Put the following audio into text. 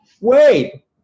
Wait